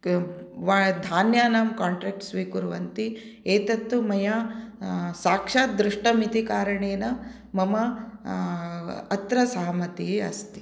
वा धान्यानां काण्ट्रेक्ट् स्वीकुर्वन्ति एतत्तु मया साक्षात् दृष्टमिति कारणेन मम अत्र सहमतिः अस्ति